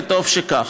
וטוב שכך.